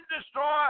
destroy